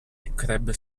crebbe